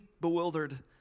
bewildered